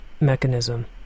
mechanism